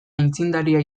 aitzindaria